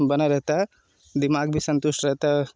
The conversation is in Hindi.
बना रहता है दिमाग भी संतुष्ट रहता है